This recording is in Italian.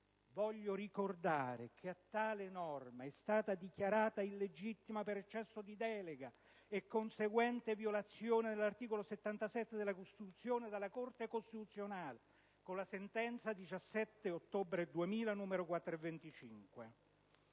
norma transitoria. Tale norma è stata poi dichiarata illegittima, per eccesso di delega e conseguente violazione dell'articolo 77 della Costituzione, dalla Corte costituzionale, con sentenza 17 ottobre 2000, n. 425.